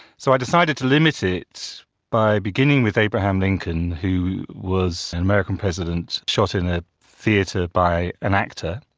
so i decided to limit it by beginning with abraham lincoln who was and american president shot in a theatre by an actor,